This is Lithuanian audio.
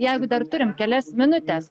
jeigu dar turim kelias minutes